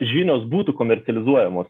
žinios būtų komercializuojamos